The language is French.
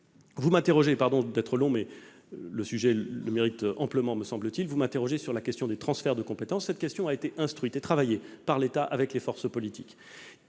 amplement -sur les transferts de compétences. Cette question a été instruite et travaillée par l'État avec les forces politiques.